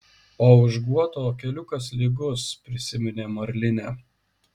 o už guoto keliukas lygus prisiminė marlinė